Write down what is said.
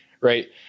right